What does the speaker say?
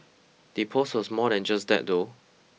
the post was more than just that though